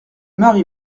mari